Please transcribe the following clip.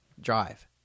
drive